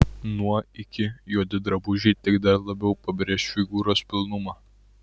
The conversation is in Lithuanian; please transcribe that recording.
nuo iki juodi drabužiai tik dar labiau pabrėš figūros pilnumą